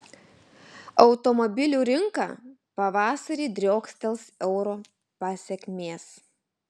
automobilių rinka pavasarį driokstels euro pasekmės